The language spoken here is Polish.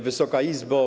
Wysoka Izbo!